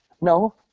No